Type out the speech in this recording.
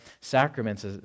sacraments